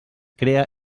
crea